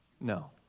No